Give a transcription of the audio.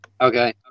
Okay